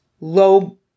low